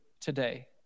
today